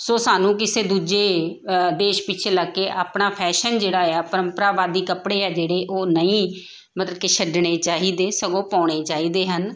ਸੋ ਸਾਨੂੰ ਕਿਸੇ ਦੂਜੀ ਦੇਸ਼ ਪਿੱਛੇ ਲੱਗ ਕੇ ਆਪਣਾ ਫੈਸ਼ਨ ਜਿਹੜਾ ਆ ਪ੍ਰੰਪਰਾਵਾਦੀ ਕੱਪੜੇ ਆ ਜਿਹੜੇ ਉਹ ਨਹੀਂ ਮਤਲਬ ਕਿ ਛੱਡਣੇ ਚਾਹੀਦੇ ਸਗੋਂ ਪਾਉਣੇ ਚਾਹੀਦੇ ਹਨ